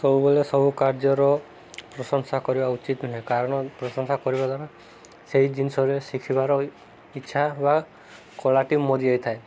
ସବୁବେଲେ ସବୁ କାର୍ଯ୍ୟର ପ୍ରଶଂସା କରିବା ଉଚିତ ନୁହେଁ କାରଣ ପ୍ରଶଂସା କରିବା ଦ୍ୱାରା ସେଇ ଜିନିଷରେ ଶିଖିବାର ଇଚ୍ଛା ବା କଳାଟି ମରିଯାଇଥାଏ